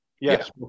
yes